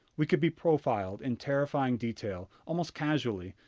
we could be profiled in terrifying detail, almost casually,